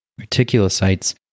Reticulocytes